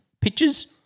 pictures